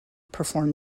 perform